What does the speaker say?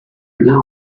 ago